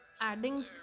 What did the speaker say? adding